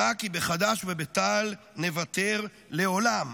במק"י, בחד"ש ובתע"ל, נוותר לעולם.